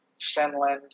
Finland